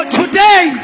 today